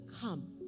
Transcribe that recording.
come